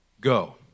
go